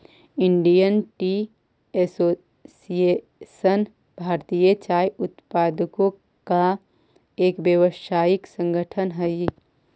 Indian Tea Association भारतीय चाय उत्पादकों का एक व्यावसायिक संगठन हई